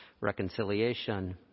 reconciliation